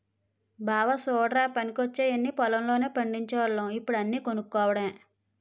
బావా చుడ్రా పనికొచ్చేయన్నీ పొలం లోనే పండిచోల్లం ఇప్పుడు అన్నీ కొనుక్కోడమే